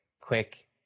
quick